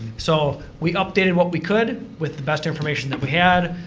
so, we updated what we could with the best information that we had,